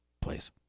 Place